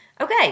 Okay